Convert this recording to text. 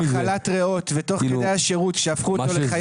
לגייס בן אדם עם מחלת ריאות ותוך כדי השירות כשהפכו אותו לחייל